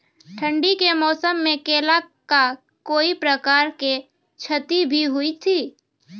ठंडी के मौसम मे केला का कोई प्रकार के क्षति भी हुई थी?